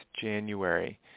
January